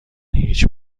هیچ